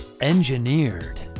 Engineered